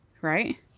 Right